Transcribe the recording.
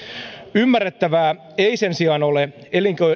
ymmärrettävää ei sen sijaan ole